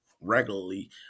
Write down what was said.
regularly